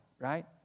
right